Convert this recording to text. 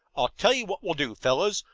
i'll tell you what we'll do, fellows.